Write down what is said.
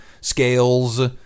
scales